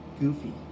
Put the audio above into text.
goofy